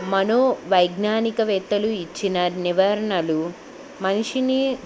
మనో వైజ్ఞానికవేత్తలు ఇచ్చిన నివారణలు మనిషిని